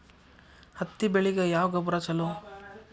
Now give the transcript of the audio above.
ಹತ್ತಿ ಬೆಳಿಗ ಯಾವ ಗೊಬ್ಬರ ಛಲೋ?